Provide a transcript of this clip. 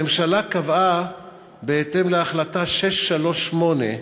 הממשלה קבעה בהתאם להחלטה 638,